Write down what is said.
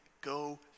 go